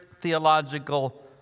theological